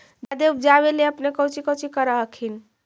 जादे उपजाबे ले अपने कौची कौची कर हखिन?